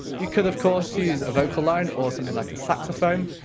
you could, of course, use a vocal line or something like a saxophone.